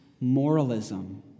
moralism